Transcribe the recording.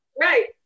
Right